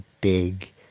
big